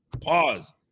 pause